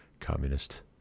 Communist